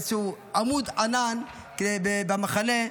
איזשהו עמוד ענן לפני המחנה,